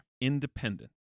Independent